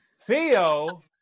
Theo